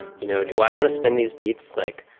you know, do i want to spend these beats, like,